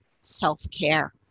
self-care